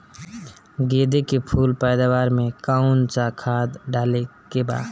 गेदे के फूल पैदवार मे काउन् सा खाद डाले के बा?